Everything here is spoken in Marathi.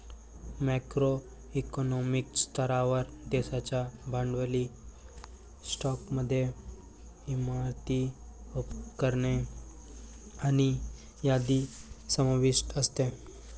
मॅक्रो इकॉनॉमिक स्तरावर, देशाच्या भांडवली स्टॉकमध्ये इमारती, उपकरणे आणि यादी समाविष्ट असते